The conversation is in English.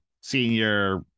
senior